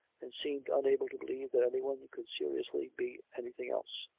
and seemed unable to believe that anyone could seriously be anything else